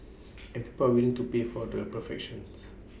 and people will to pay for the perfections